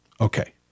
Okay